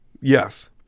Yes